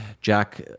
Jack